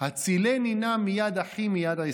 הצילני נא מיד אחי מיד עשו".